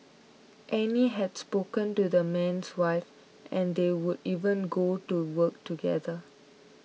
Annie had spoken to the man's wife and they would even go to work together